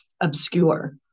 obscure